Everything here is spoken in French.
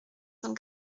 cent